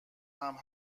همه